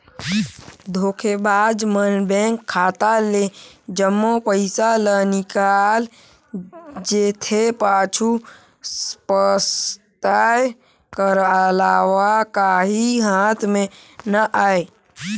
धोखेबाज मन बेंक खाता ले जम्मो पइसा ल निकाल जेथे, पाछू पसताए कर अलावा काहीं हाथ में ना आए